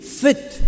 fit